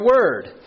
word